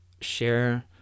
share